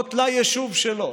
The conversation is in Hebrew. נכונות ליישוב שלו,